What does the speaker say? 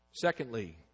Secondly